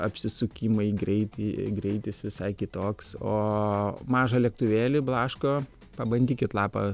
apsisukimai greiti greitis visai kitoks o mažą lėktuvėlį blaško pabandykit lapą